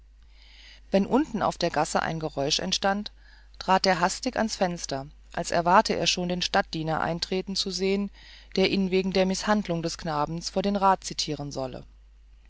wenn unten auf der gasse ein geräusch entstand trat er hastig ans fenster als erwarte er schon den stadtdiener eintreten zu sehen der ihn wegen der mißhandlung des knaben vor den rat zitieren solle